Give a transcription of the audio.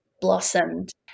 blossomed